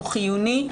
הוא חיוני.